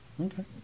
Okay